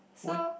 so